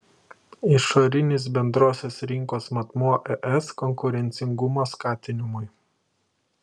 išorinis bendrosios rinkos matmuo es konkurencingumo skatinimui